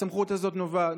הסמכות הזאת נובעת?